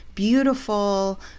beautiful